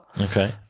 okay